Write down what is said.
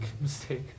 mistake